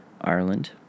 Ireland